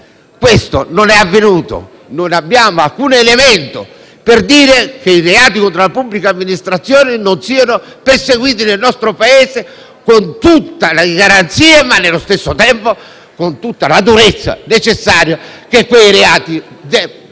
Questo non è avvenuto. Non abbiamo alcun elemento per dire che i reati contro la pubblica amministrazione non siano perseguiti nel nostro Paese con tutta le garanzie, ma, nello stesso tempo, con tutta la durezza che quei reati